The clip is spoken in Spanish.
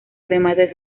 remate